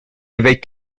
avait